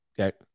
okay